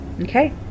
okay